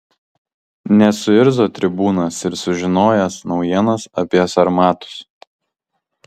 nesuirzo tribūnas ir sužinojęs naujienas apie sarmatus